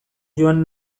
joan